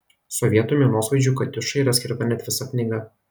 sovietų minosvaidžiui katiušai yra skirta net visa knyga